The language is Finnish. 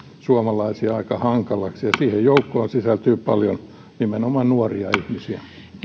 suomalaisia aika hankalaksi ja siihen joukkoon sisältyy paljon nimenomaan nuoria ihmisiä